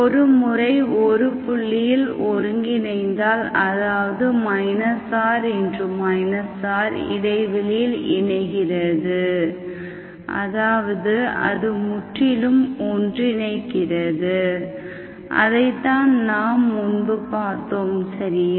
ஒரு முறை ஒரு புள்ளியில் ஒருங்கிணைந்தால் அதாவது r rஇடைவெளியில் இணைகிறது அதாவது அது முற்றிலும் ஒன்றிணைக்கிறது அதைத்தான் நாம் முன்பு பார்த்தோம் சரியா